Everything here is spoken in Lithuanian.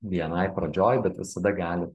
bni pradžioj bet visada galit